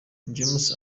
james